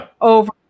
over